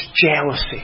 jealousy